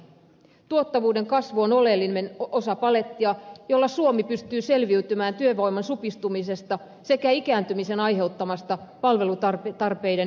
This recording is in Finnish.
tuottavuuden kasvu on oleellinen osa palettia jolla suomi pystyy selviytymään työvoiman supistumisesta sekä ikääntymisen aiheuttamasta palvelutarpeiden kasvusta